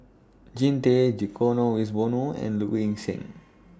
Jean Tay Dkolo Wiswono and Low Ing Sing